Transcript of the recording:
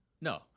No